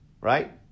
Right